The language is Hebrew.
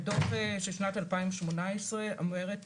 בדוח של שנת 2018 אומרת